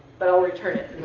but i'll return it.